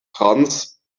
trans